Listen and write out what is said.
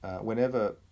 whenever